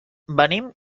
venim